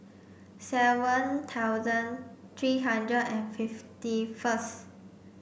seven thousand three hundred and fifty first